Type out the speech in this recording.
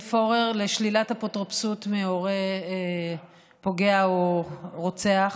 פורר לשלילת אפוטרופסות מהורה פוגע או רוצח,